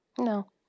No